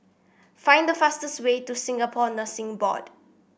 find the fastest way to Singapore Nursing Board